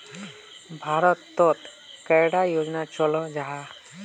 भारत तोत कैडा योजना चलो जाहा?